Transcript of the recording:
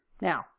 Now